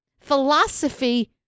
philosophy